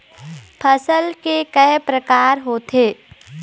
फसल के कय प्रकार होथे?